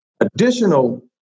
additional